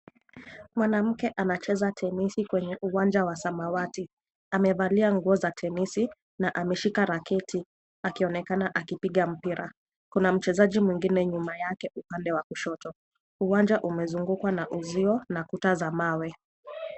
Mwanamke anacheza (cs)tenisi(cs) kwenye uwanja wa samawati. Amevalia nguo za (cs)tenisi(cs) na ameshika (cs)raketi(cs). Akionekana akipiga mpira. Kuna mchezaji mwingine nyuma yake upande wa kushoto. Uwanja umezungukwa na uzio na kuta za mawe.